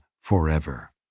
forever